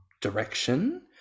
direction